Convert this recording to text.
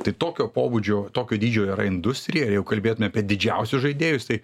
tai tokio pobūdžio tokio dydžio yra industrija ir jeigu kalbėtume apie didžiausius žaidėjus tai